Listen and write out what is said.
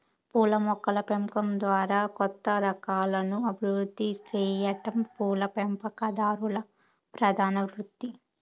పూల మొక్కల పెంపకం ద్వారా కొత్త రకాలను అభివృద్ది సెయ్యటం పూల పెంపకందారుల ప్రధాన వృత్తి